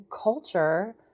culture